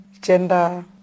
gender